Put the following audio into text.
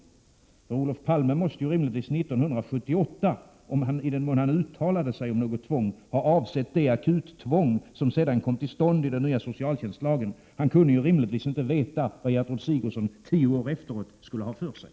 Olof Palme måste rimligtvis 1978, i den mån han uttalade sig om något tvång, ha avsett det akuttvång som sedan kom till stånd i och med den nya socialtjänstlagen. Han kunde rimligtvis inte veta vad Gertrud Sigurdsen tio år efteråt skulle ha för sig.